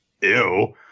ew